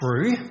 true